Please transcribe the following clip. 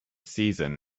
season